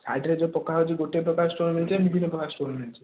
ସାଇଟ୍ରେ ଯେଉଁ ପକା ହେଉଛି ଗୋଟିଏ ପ୍ରକାର ଷ୍ଟୋନ୍ ମିଳୁଛି ନା ବିଭିନ୍ନ ପ୍ରକାର ଷ୍ଟୋନ୍ ମିଳୁଛି